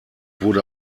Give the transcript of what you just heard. wurde